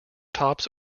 tops